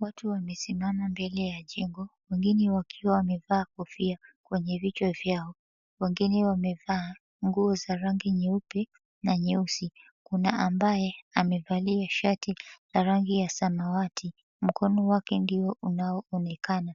Watu wamesimama mbele ya jengo, wengine wakiwa wamevalia kofia kwenye vichwa vyao. Wengine wamevaa nguo za rangi nyeupe na nyeusi. Kuna ambaye amevalia shati ya rangi ya samawati, mkono wake ndio unaoonekana.